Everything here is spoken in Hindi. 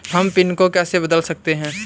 हम पिन को कैसे बंद कर सकते हैं?